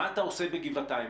מה אתה עושה בגבעתיים?